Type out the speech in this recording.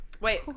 Wait